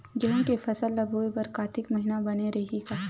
गेहूं के फसल ल बोय बर कातिक महिना बने रहि का?